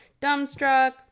dumbstruck